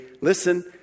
listen